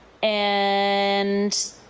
and